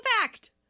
fact